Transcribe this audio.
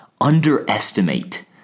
underestimate